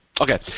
Okay